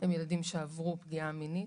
הם ילדים שעברו פגיעה מינית.